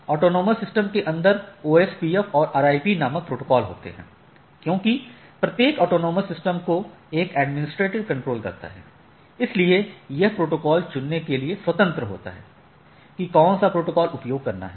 autonomous system के अंदर OSPF और RIP नामक प्रोटोकॉल होते हैं क्योंकि प्रत्येक ऑटॉनमस सिस्टम को एक एडमिनिस्ट्रेटर कंट्रोल करता है इसलिए यह प्रोटोकॉल चुनने के लिए स्वतंत्र होता है कि कौन सा प्रोटोकॉल उपयोग करना है